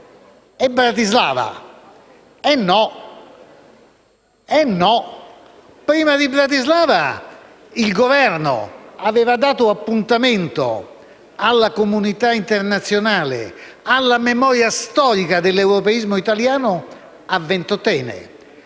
è Bratislava. E no! Prima di Bratislava, il Governo aveva dato appuntamento alla comunità internazionale, alla memoria storica dell'europeismo italiano, a Ventotene.